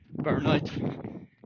burnout